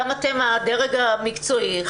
גם אתם הדרג המקצועי,